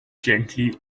gently